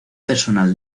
personal